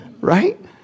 Right